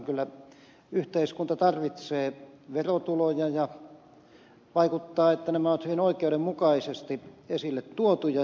kyllä yhteiskunta tarvitsee verotuloja ja vaikuttaa että nämä ovat hyvin oikeudenmukaisesti esille tuotuja